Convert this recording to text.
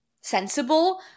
sensible